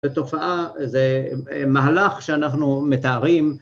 התופעה זה מהלך שאנחנו מתארים